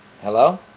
Hello